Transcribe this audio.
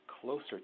closer